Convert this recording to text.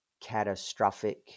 catastrophic